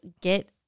get